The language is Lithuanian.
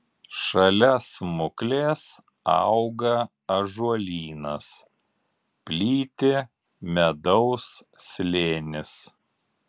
šalia smuklės auga ąžuolynas plyti medaus slėnis